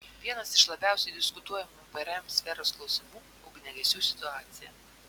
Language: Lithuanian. vienas iš labiausiai diskutuojamų vrm sferos klausimų ugniagesių situacija